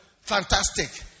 fantastic